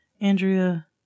Andrea